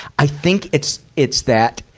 i think it's, it's that,